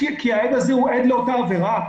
כי העד הזה הוא עד לאותה עבירה.